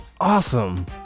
Awesome